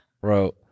Bro